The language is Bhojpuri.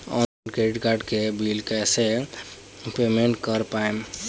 ऑनलाइन क्रेडिट कार्ड के बिल कइसे पेमेंट कर पाएम?